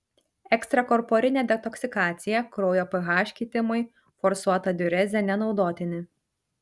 ekstrakorporinė detoksikacija kraujo ph kitimai forsuota diurezė nenaudotini